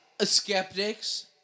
skeptics